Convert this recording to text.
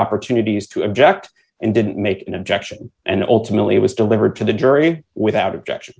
opportunities to object and didn't make an objection and ultimately it was delivered to the jury without objection